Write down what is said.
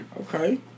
Okay